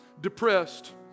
depressed